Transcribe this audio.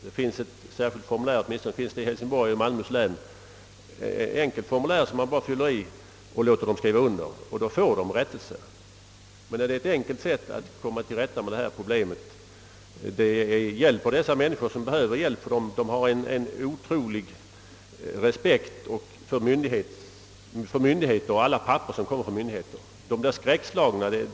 Åtminstone i Hälsingborg och Malmöhus län finns det ett enkelt formulär som man kan låta dem fylla i och skriva under. På så sätt hjälps dessa människor som har en otrolig respekt för myndigheter och alla papper som kommer därifrån. De blir skräckslågna.